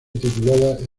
titulada